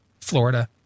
Florida